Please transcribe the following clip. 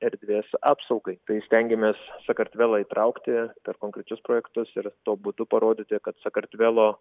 erdvės apsaugai tai stengiamės sakartvelą įtraukti per konkrečius projektus ir tuo būdu parodyti kad sakartvelo